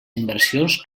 inversions